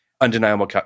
undeniable